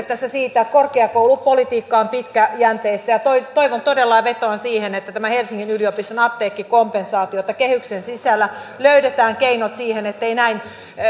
tässä siihen että korkeakoulupolitiikka on pitkäjänteistä ja todella vetoan siihen että helsingin yliopiston apteekkikompensaatiossa kehyksen sisällä löydetään keinot siihen ettei näin